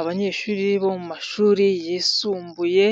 Abanyeshuri bo mu mashuri yisumbuye